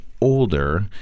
older